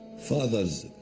fathers,